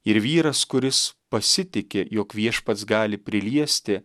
ir vyras kuris pasitiki jog viešpats gali priliesti